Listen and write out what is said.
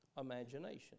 imagination